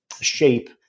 shape